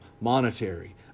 monetary